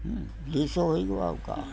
हाँ दो सौ हो गया और क्या